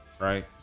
Right